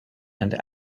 and